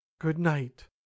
good-night